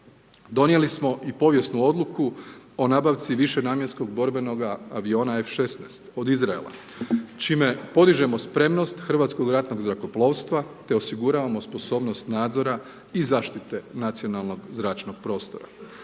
Donijeli smo i povijesnu odluku o nabavci višenamjenskog borbenoga aviona F-16 od Izraela čime podižemo spremnost Hrvatskog ratnog zrakoplovstva te osiguravamo sposobnost nadzora i zaštite nacionalnog zračnog prostora.